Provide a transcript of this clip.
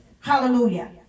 Hallelujah